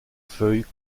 feuilles